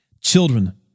Children